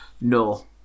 no